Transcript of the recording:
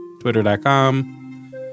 twitter.com